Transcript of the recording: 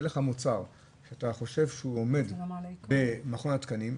כשיהיה לך מוצר שאתה חושב שהוא עומד במכון התקנים,